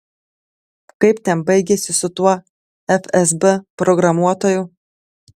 kaip ten baigėsi su tuo fsb programuotoju